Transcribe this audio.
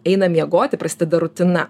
eina miegoti prasideda rutina